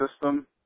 system